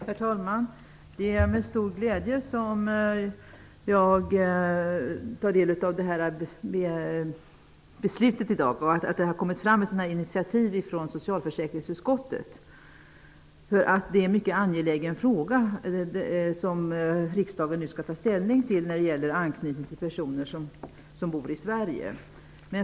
Herr talman! Det är med stor glädje som jag tar del av beslutet i dag och att det har kommit fram ett sådant här initiativ från socialförsäkringsutskottet. Det är en mycket angelägen fråga som riksdagen nu skall ta ställning till, om uppehållstillstånd för utlänningar som har anknytning till personer som bor i Sverige.